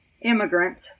immigrants